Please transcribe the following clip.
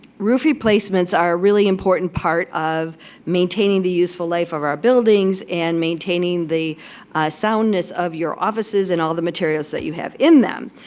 roof replacements are a really important part of maintaining the useful life of our buildings and maintaining the soundness of your offices and all the materials that you have in them.